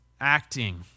acting